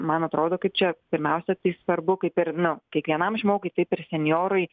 man atrodo kad čia pirmiausia tai svarbu kaip ir na kiekvienam žmogui taip ir senjorui